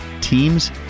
teams